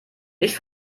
nicht